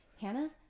Hannah